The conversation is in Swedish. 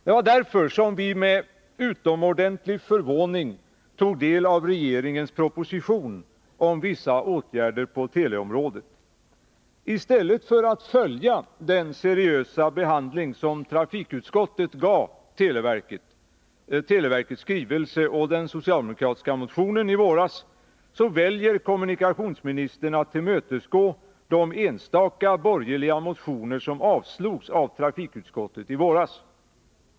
Det var därför som vi med utomordentlig förvåning tog del av regeringens proposition om vissa åtgärder på teleområdet. I stället för att följa upp den seriösa behandling som trafikutskottet gav televerkets skrivelse och den socialdemokratiska motionen i våras väljer kommunikationsministern att tillmötesgå de enstaka borgerliga motioner som avslogs av trafikutskottet i våras.